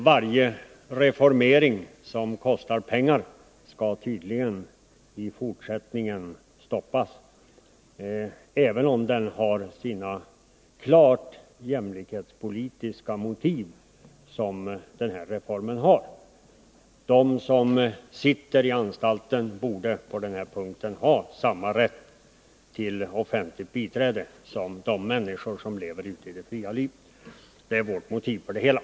Varje reformering som kostar pengar skall tydligen i fortsättningen stoppas, även om den har klart jämlikhetspolitiska motiv, som den här reformen har. De som sitter på anstalter borde på den här punkten ha samma rätt till offentligt biträde som de människor har som lever ute i det fria livet. Det är vårt motiv för denna reform.